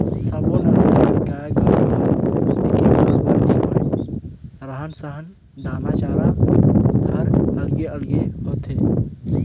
सब्बो नसल कर गाय गोरु हर एके बरोबर नी होय, रहन सहन, दाना चारा हर अलगे अलगे होथे